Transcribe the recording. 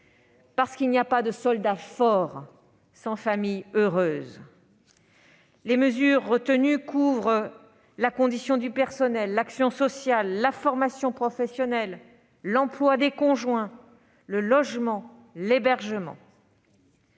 parce qu'il n'y a pas de soldat fort sans famille heureuse. Les mesures retenues couvrent la condition du personnel, l'action sociale, la formation professionnelle, l'emploi des conjoints, le logement, l'hébergement